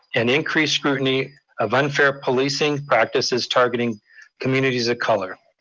and increased scrutiny of unfair policing practices targeting communities of color.